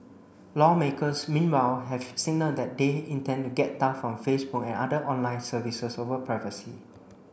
lawmakers meanwhile have signalled that they intend to get tough on Facebook and other online services over privacy